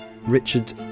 Richard